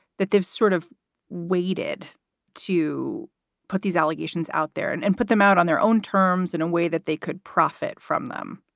that they've sort of waited to put these allegations out there and and put them out on their own terms in a way that they could profit from them?